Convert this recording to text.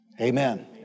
amen